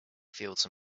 fields